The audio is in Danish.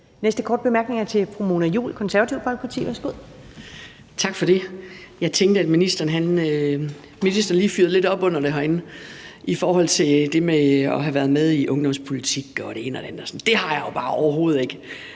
Sidste korte bemærkning er til fru Mona Juul, Det Konservative Folkeparti. Værsgo. Kl. 15:36 Mona Juul (KF): Tak for det. Jeg tænker, at ministeren lige fyrede lidt op under det hele herinde i forhold til det med at have været med i ungdomspolitik og det ene og det andet. Det har jeg jo bare overhovedet ikke